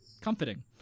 comforting